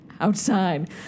outside